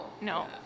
No